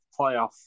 playoff